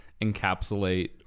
encapsulate